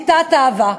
לעשות שביתת אהבה.